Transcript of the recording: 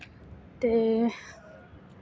ते